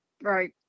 Right